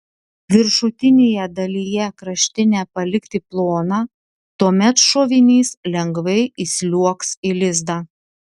viršutinėje dalyje kraštinę palikti ploną tuomet šovinys lengvai įsliuogs į lizdą